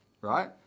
right